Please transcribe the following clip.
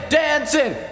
dancing